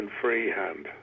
freehand